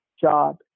job